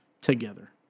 together